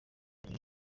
nyuma